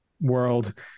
world